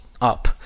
up